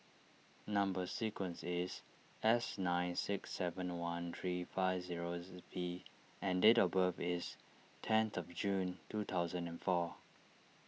Number Sequence is S nine six seven one three five zero V and date of birth is tenth of June two thousand and four